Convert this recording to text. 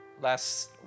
Last